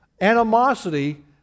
animosity